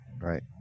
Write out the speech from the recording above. Right